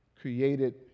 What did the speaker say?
created